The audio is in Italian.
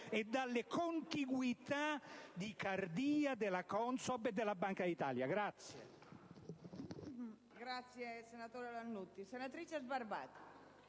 e per le contiguità di Cardia, della CONSOB e della Banca d'Italia.